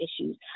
issues